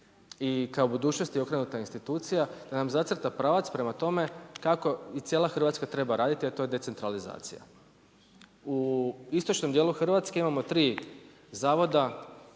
i kao budućnosti okrenuta institucija, da nam zacrta pravac prema tome kako i cijela Hrvatska treba raditi a to je decentralizacija. U istočnom dijelu Hrvatske imamo tri zavoda,